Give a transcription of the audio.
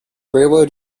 railroad